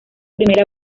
primera